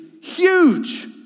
huge